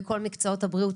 בכל מקצועות הבריאות.